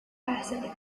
acid